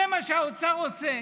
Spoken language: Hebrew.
זה מה שהאוצר עושה.